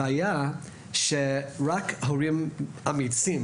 הבעיה היא שרק הורים אמיצים,